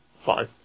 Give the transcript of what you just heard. fine